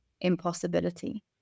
impossibility